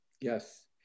Yes